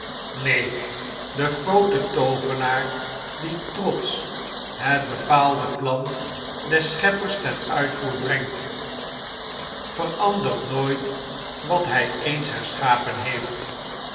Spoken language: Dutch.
neen de groote toovenaar die trotsch het bepaalde plan des scheppers ten uitvoer brengt verandert nooit wat by eens herschapen heeft